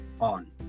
on